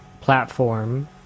platform